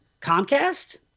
Comcast